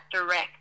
direct